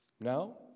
Now